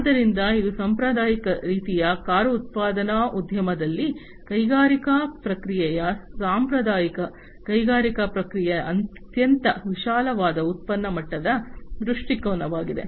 ಆದ್ದರಿಂದ ಇದು ಸಾಂಪ್ರದಾಯಿಕ ರೀತಿಯ ಕಾರು ಉತ್ಪಾದನಾ ಉದ್ಯಮದಲ್ಲಿ ಕೈಗಾರಿಕಾ ಪ್ರಕ್ರಿಯೆಯ ಸಾಂಪ್ರದಾಯಿಕ ಕೈಗಾರಿಕಾ ಪ್ರಕ್ರಿಯೆಯ ಅತ್ಯಂತ ವಿಶಾಲವಾದ ಉನ್ನತ ಮಟ್ಟದ ದೃಷ್ಟಿಕೋನವಾಗಿದೆ